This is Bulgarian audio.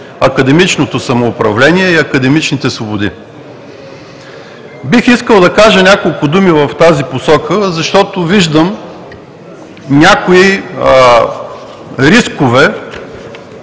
академичното самоуправление и академичните свободи. Бих искал да кажа няколко думи в тази посока, защото виждам някои рискове